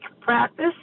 practice